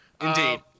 Indeed